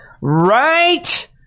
right